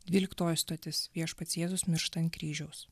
dvyliktoji stotis viešpats jėzus miršta ant kryžiaus